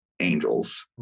angels